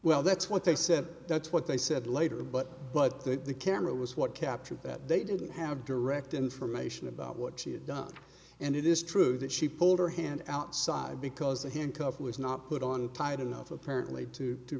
well that's what they said that's what they said later but but that the camera was what captured that they didn't have direct information about what she had done and it is true that she pulled her hand outside because the handcuff was not put on tight enough apparently to